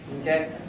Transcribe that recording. okay